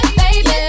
baby